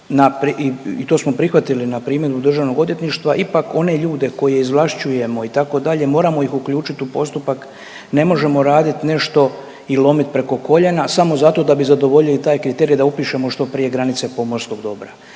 i to smo prihvatili na primjeru državnog odvjetništva, ipak one ljude koje izvlašćujemo itd. moramo ih uključit u postupak, ne možemo radit nešto i lomit preko koljena samo zato da bi zadovoljili i taj kriterij da upišemo što prije granice pomorskog dobro